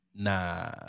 Nah